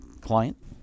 client